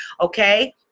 okay